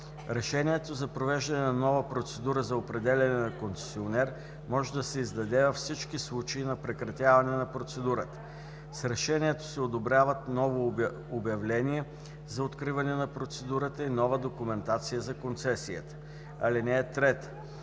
Решение за провеждане на нова процедура за определяне на концесионер може да се издаде във всички случаи на прекратяване на процедурата. С решението се одобряват ново обявление за откриване на процедурата и нова документация за концесията. (3) Решение